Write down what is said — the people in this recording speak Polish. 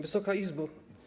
Wysoka Izbo!